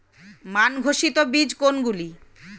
মান ঘোষিত বীজ কোনগুলি?